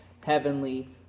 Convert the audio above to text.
heavenly